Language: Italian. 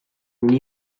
una